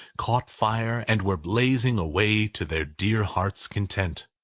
caught fire, and were blazing away to their dear hearts' content.